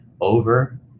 over